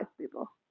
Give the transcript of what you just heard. people